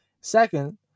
Second